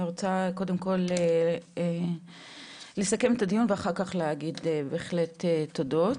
אני רוצה לסכם את הדיון ואחר כך להגיד בהחלט תודות.